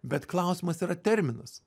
bet klausimas yra terminas